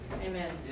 Amen